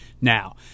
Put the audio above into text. now